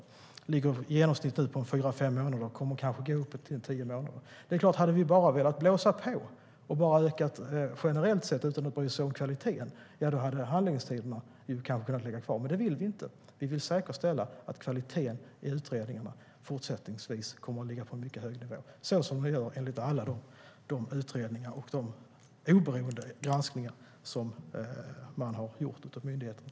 De ligger nu på i genomsnitt fyra till fem månader och kommer kanske att gå upp till tio månader.